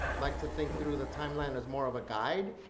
like to think through the timeline as more of a guide,